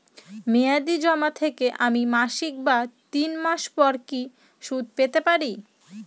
মেয়াদী জমা থেকে আমি মাসিক বা তিন মাস পর কি সুদ পেতে পারি?